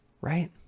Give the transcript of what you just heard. right